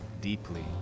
deeply